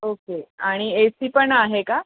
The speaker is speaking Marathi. ओके आणि ए सी पण आहे का